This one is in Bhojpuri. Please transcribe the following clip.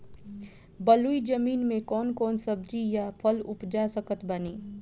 बलुई जमीन मे कौन कौन सब्जी या फल उपजा सकत बानी?